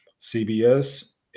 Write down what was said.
CBS